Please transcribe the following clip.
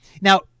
Now